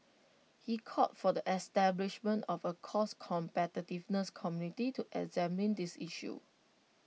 he called for the establishment of A cost competitiveness committee to examine these issues